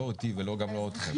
לא אותי וגם לא אתכם,